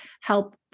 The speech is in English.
help